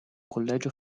collegio